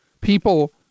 People